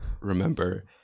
remember